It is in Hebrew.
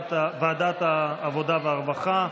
לוועדת העבודה והרווחה.